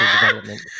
development